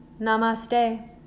Namaste